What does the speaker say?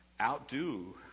Outdo